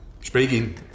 Speaking